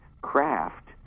craft